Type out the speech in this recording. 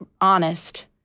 honest